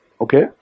Okay